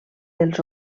dels